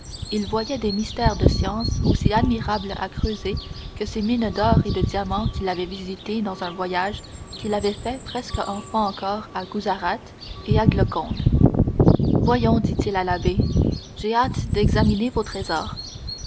il voyait des mystères de science aussi admirables à creuser que ces mines d'or et de diamants qu'il avait visitées dans un voyage qu'il avait fait presque enfant encore à guzarate et à golconde voyons dit-il à l'abbé j'ai hâte d'examiner vos trésors